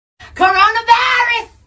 Coronavirus